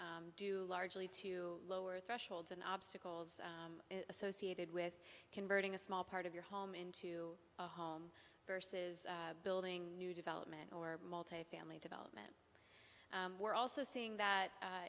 due largely to lower thresholds and obstacles associated with converting a small part of your home into a home versus building new development or multifamily development we're also seeing that